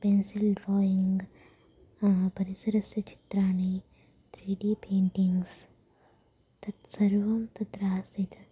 pencil drawing परिसरस्य चित्राणि three D paintings तत् सर्वं तत्र आसीत्